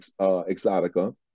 Exotica